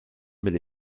bile